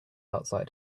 outside